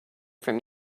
from